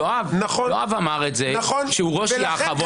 יואב אמר את זה, שהוא ראש יח"א.